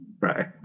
right